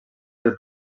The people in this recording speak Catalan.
pel